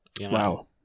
Wow